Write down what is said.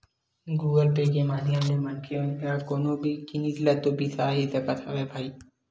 Google Pay के माधियम ले मनखे ह कोनो भी जिनिस ल तो बिसा ही सकत हवय भई